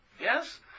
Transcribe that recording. Yes